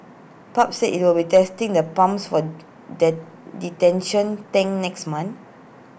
pub said IT will be testing the pumps for dent detention tank next month